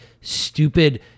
stupid